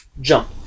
jump